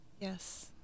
Yes